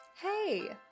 Hey